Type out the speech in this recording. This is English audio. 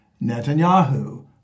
Netanyahu